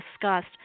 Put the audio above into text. discussed